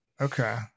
Okay